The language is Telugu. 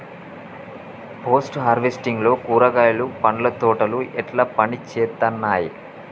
పోస్ట్ హార్వెస్టింగ్ లో కూరగాయలు పండ్ల తోటలు ఎట్లా పనిచేత్తనయ్?